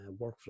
workflow